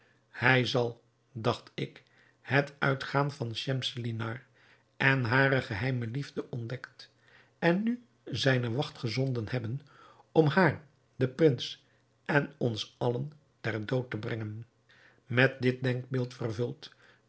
hij zal dacht ik het uitgaan van schemselnihar en hare geheime liefde ontdekt en nu zijne wacht gezonden hebben om haar den prins en ons allen ter dood te brengen met dit denkbeeld vervuld